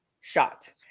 shot